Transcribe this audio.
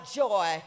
joy